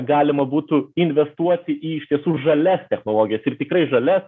galima būtų investuoti į iš tiesų žalias technologijas ir tikrai žalias